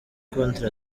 contre